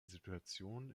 situation